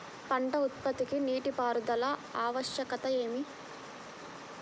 పంట ఉత్పత్తికి నీటిపారుదల ఆవశ్యకత ఏమి?